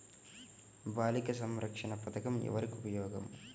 బాలిక సంరక్షణ పథకం ఎవరికి ఉపయోగము?